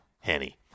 Henny